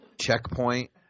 Checkpoint